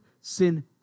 sin